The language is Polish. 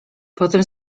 potem